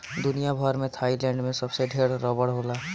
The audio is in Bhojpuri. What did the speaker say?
दुनिया भर में थाईलैंड में सबसे ढेर रबड़ होला